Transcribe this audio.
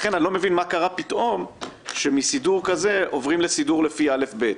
לכן אני לא מבין מה קרה פתאום כשמסידור כזה עוברים לסידור לפי א'-ב'.